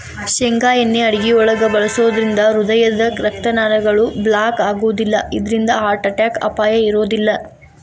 ಶೇಂಗಾ ಎಣ್ಣೆ ಅಡುಗಿಯೊಳಗ ಬಳಸೋದ್ರಿಂದ ಹೃದಯದ ರಕ್ತನಾಳಗಳು ಬ್ಲಾಕ್ ಆಗೋದಿಲ್ಲ ಇದ್ರಿಂದ ಹಾರ್ಟ್ ಅಟ್ಯಾಕ್ ಅಪಾಯ ಇರೋದಿಲ್ಲ